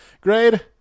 Grade